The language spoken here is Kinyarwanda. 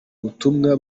butumwa